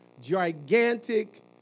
gigantic